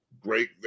great